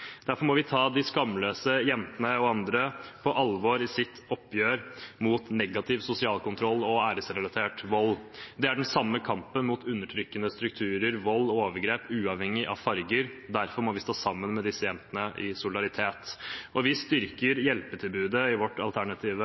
Derfor må vi ta de skamløse jentene og andre på alvor i deres oppgjør med negativ sosial kontroll og æresrelatert vold. Det er den samme kampen mot undertrykkende strukturer, vold og overgrep, uavhengig av farge. Derfor må vi stå sammen med disse jentene i solidaritet. Vi styrker hjelpetilbudet, som krisesentrene, i vårt alternative